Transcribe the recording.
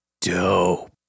dope